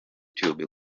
tube